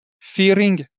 fearing